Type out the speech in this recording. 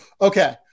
okay